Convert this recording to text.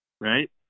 right